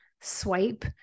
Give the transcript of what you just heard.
swipe